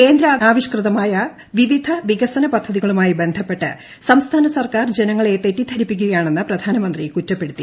കേന്ദ്രാവിഷ്കൃതമായ വിവിധ വികസന പദ്ധതികളുമായി ബന്ധപ്പെട്ട് സംസ്ഥാന സർക്കാർ ജനങ്ങളെ തെറ്റിദ്ധരിപ്പിക്കുകയാണ്ണെന്ന് പ്രധാനമന്ത്രി കുറ്റപ്പെടുത്തി